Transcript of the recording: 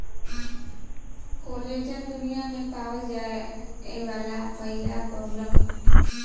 collagen दुनिया में पावल जाये वाला पहिला बहुलक ह